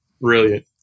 Brilliant